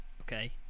Okay